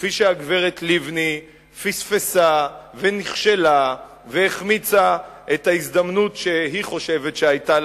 כפי שהגברת לבני פספסה ונכשלה והחמיצה את ההזדמנות שהיא חושבת שהיתה לה